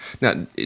Now